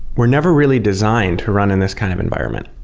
were never really designed to run in this kind of environment.